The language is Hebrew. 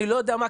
אני לא יודע מה,